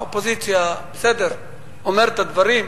האופוזיציה, בסדר, אומרת את הדברים.